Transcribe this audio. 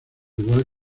igual